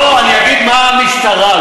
אמרתי: משטרה,